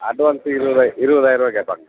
advance இருபது ரூபா இருபதாய ரூபா கேட்பாங்க